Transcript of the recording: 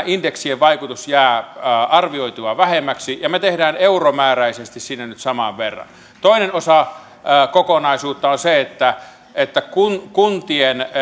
indeksien vaikutus jää arvioitua vähemmäksi ja me teemme euromääräisesti sinne nyt saman verran toinen osa kokonaisuutta on se että että kuntien